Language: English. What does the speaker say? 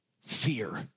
Fear